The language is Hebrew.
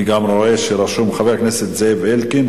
אני גם רואה שרשום חבר הכנסת זאב אלקין,